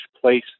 place